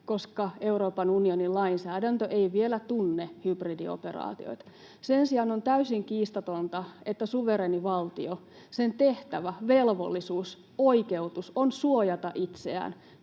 koska Euroopan unionin lainsäädäntö ei vielä tunne hybridioperaatiota. Sen sijaan on täysin kiistatonta, että suvereenin valtion tehtävä, velvollisuus, oikeutus on suojata itseään